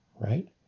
right